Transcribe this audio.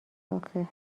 آخه